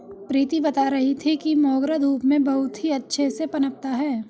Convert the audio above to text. प्रीति बता रही थी कि मोगरा धूप में बहुत ही अच्छे से पनपता है